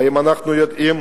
והאם אנחנו יודעים